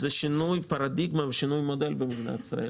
זה שינוי פרדיגמה ושינוי מודל במדינת ישראל,